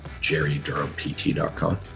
jerrydurhampt.com